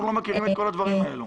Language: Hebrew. אנחנו לא מכירים את כל הדברים האלה.